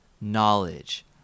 knowledge